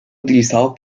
utilizados